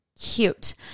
Cute